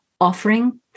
offering